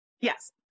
Yes